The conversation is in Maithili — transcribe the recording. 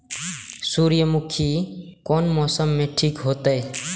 सूर्यमुखी कोन मौसम में ठीक होते?